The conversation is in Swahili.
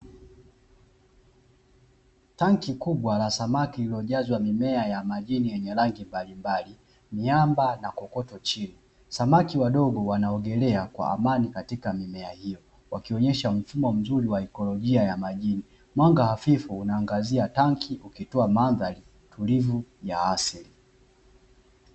Tanki kubwa la samaki lililojazwa mimea ya majini yenye rangi mbalimbali, miamba na kokoto chini. Samaki wadogo wanaogelea kwa amani katika mimea hiyo wakionyesha mfumo mzuri wa ekolojia ya majini mwanga hafifu una angazia tanki ukitoa mandhari tulivu ya asili.